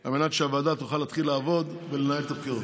על מנת שהוועדה תוכל להתחיל לעבוד ולנהל את הבחירות.